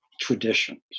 traditions